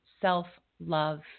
self-love